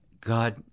God